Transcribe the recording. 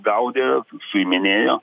gaudė suiminėjo